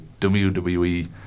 WWE